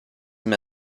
him